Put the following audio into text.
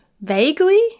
vaguely